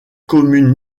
commune